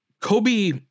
Kobe